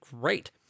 great